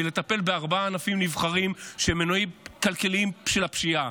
היא לטפל בארבעה ענפים נבחרים שהם מנועים כלכליים של הפשיעה,